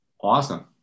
Awesome